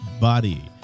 Body